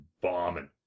bombing